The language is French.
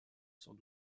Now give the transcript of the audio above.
sans